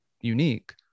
unique